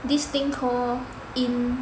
this thing call in